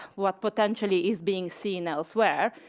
what potentially is being seen elsewhere.